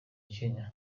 kenya